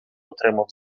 отримав